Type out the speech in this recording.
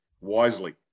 wisely